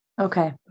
Okay